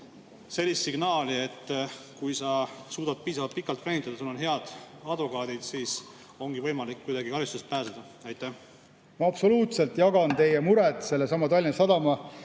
sellist signaali, et kui sa suudad piisavalt pikalt venitada, sul on head advokaadid, siis ongi võimalik kuidagi karistusest pääseda? Ma absoluutselt jagan teie muret sellesama Tallinna Sadama